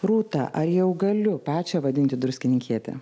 rūta ar jau galiu pačią vadinti druskininkiete